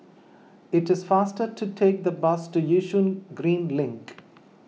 it is faster to take the bus to Yishun Green Link